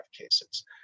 cases